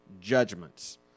judgments